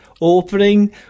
opening